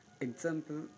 Example